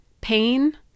Pain